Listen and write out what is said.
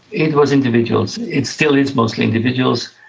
it was individuals. it still is mostly individuals.